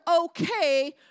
okay